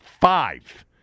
Five